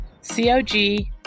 C-O-G